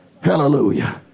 Hallelujah